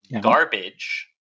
garbage